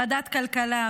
ועדת הכלכלה,